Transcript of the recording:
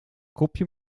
kopje